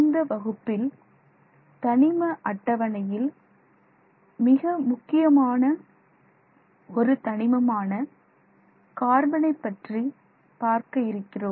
இந்த வகுப்பில் தனிம அட்டவணையில் மிக முக்கியமான ஒரு தனிமமான கார்பனை பற்றி பார்க்க இருக்கிறோம்